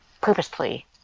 purposefully